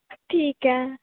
ਠੀਕ ਹੈ